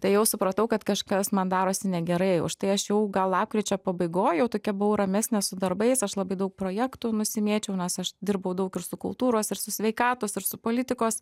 tai jau supratau kad kažkas man darosi negerai už tai aš jau gal lapkričio pabaigoj jau tokia buvau ramesnė su darbais aš labai daug projektų nusimėčiau nes aš dirbau daug ir su kultūros ir su sveikatos ir su politikos